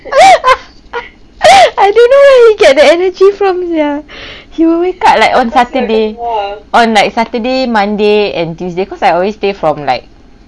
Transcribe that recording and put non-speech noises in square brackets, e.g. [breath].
[laughs] I don't know where he get the energy from sia [breath] he would wake up at like on saturday on like saturday monday and tuesday cause I always stay from like